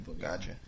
Gotcha